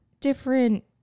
different